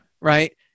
right